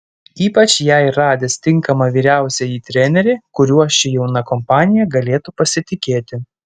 ypač jai radęs tinkamą vyriausiąjį trenerį kuriuo ši jauna kompanija galėtų pasitikėti